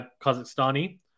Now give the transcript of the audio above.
Kazakhstani